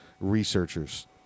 researchers